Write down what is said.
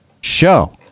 show